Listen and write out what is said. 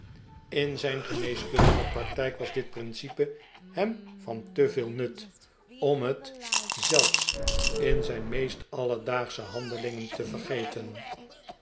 in zijn geneeskundige praktijk was dit principe hem van te veel nut om het zelfs in zijn meest alledaagsche handelingen te vergeten